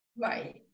Right